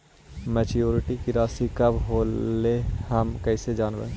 Maturity के रासि कब होलै हम कैसे जानबै?